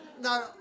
no